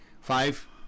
Five